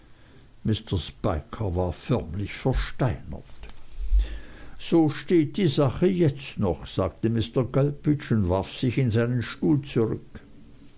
spiker war förmlich versteinert so steht die sache jetzt noch sagte mr gulpidge und warf sich in seinen stuhl zurück